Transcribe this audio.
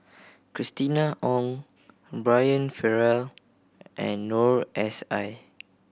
Christina Ong Brian Farrell and Noor S I